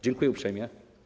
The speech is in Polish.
Dziękuję uprzejmie.